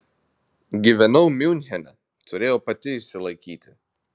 gyvenau miunchene turėjau pati išsilaikyti